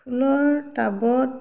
ফুলৰ টাবত